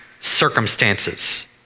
circumstances